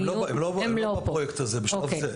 הם לא בפרויקט הזה בשלב זה.